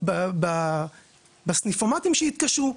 בסניפומטים שיתקשרו.